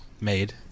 made